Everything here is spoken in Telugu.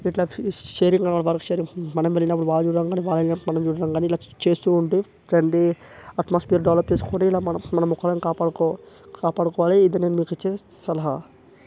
ఇట్లా షేరింగ్ అన్నమాట వర్క్ షేరింగ్ మనం వెళ్ళినపుడు వాళ్ళు చూడాలన్నా వాళ్ళేళ్ళినపుడు మనం చూడాలన్నా ఇట్లా చేస్తూ ఉంటే ఇట్లాంటి అట్మాస్ఫియర్ డెవలప్ చేసుకుని ఇలా మనం మన మొక్కలను కాపాడుకో కాపాడుకోవాలి ఇది నేను నీకిచ్చే సలహా